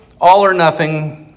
all-or-nothing